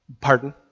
Pardon